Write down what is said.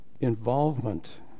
involvement